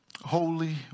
holy